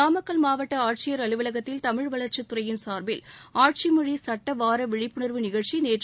நாமக்கல் மாவட்ட ஆட்சியர் அலுவலகத்தில் தமிழ் வளர்ச்சித் துறையின் சார்பில் ஆட்சிமொழி சட்ட வார விழிப்புணர்வு நிகழ்ச்சி நேற்று